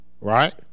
right